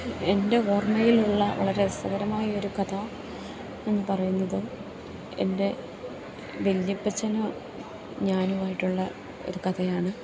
എൻ്റെ ഓർമ്മയിലുള്ള വളരെ രസകരമായൊരു കഥ എന്ന് പറയുന്നത് എൻ്റെ വല്യപ്പച്ഛനും ഞാനുമായിട്ടുള്ള ഒരു കഥയാണ്